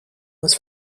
was